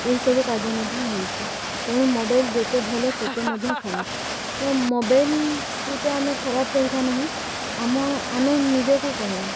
ଏହିସବୁ କାର୍ଯ୍ୟ ମଧ୍ୟ ହେଉଛି ତେଣୁ ମୋବାଇଲ୍ ଯେତେ ଭଲ ସେତେ ମଧ୍ୟ ଖରାପ ତ ମୋବାଇଲକୁ ତ ଆମେ ଖରାପ କହିବା ନାହିଁ ଆମ ଆମେ ନିଜକୁ କହିବା